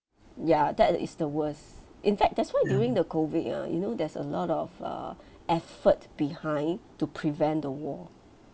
ya that is the worse in fact that's why during the COVID ah you know there's a lot of uh effort behind to prevent the war